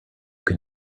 can